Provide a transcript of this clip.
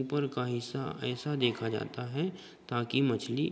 ऊपर का हिस्सा ऐसा देखा जाता है ताकी मछली